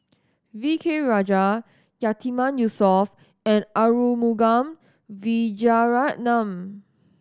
V K Rajah Yatiman Yusof and Arumugam Vijiaratnam